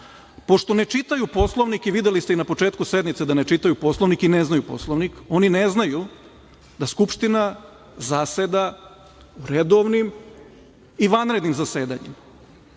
Pošto ne čitaju Poslovnik videli ste na početku sednice da ne čitaju Poslovnik i ne znaju Poslovnik, oni ne znaju da Skupština zaseda u redovnim i vanrednim zasedanjima. Redovno